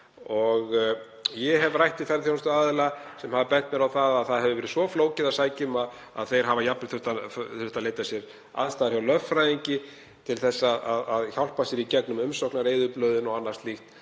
Ég hef rætt við ferðaþjónustuaðila sem hafa bent á að það hafi verið svo flókið að sækja um að þeir hafi jafnvel þurft að leita sér aðstoðar hjá lögfræðingi til að hjálpa sér í gegnum umsóknareyðublöðin og annað slíkt.